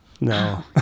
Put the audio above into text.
No